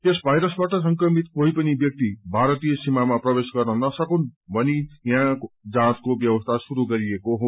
यस वायरसबाट संक्रमित कोही पनि व्याक्ति भारतीय सीामामा प्रवेश गर्न नसकून् भनी याहाँचको व्यवसी शुरू गरिएको हो